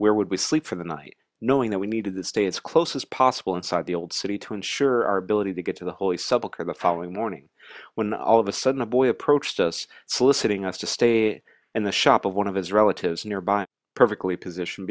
where would we sleep for the night knowing that we needed the states close as possible inside the old city to ensure our ability to get to the holy subak or the following morning when all of a sudden a boy approached us soliciting us to stay in the shop of one of his relatives nearby perfectly position